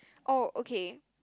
oh okay